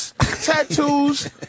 tattoos